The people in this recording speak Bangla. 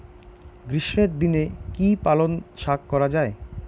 গ্রীষ্মের দিনে কি পালন শাখ করা য়ায়?